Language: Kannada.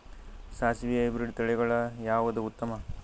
ಸಾಸಿವಿ ಹೈಬ್ರಿಡ್ ತಳಿಗಳ ಯಾವದು ಉತ್ತಮ?